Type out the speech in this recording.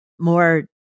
more